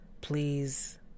please